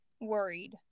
worried